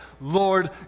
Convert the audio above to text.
Lord